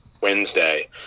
wednesday